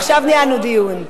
עכשיו ניהלנו דיון.